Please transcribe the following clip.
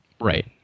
Right